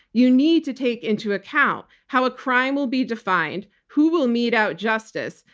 you need to take into account how a crime will be defined, who will mete out justice,